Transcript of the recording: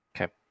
Okay